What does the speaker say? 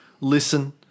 listen